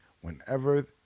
whenever